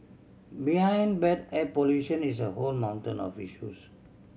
behind bad air pollution is a whole mountain of issues